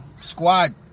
squad